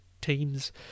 teams